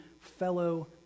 fellow